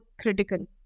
critical